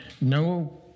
no